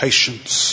Patience